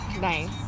Nice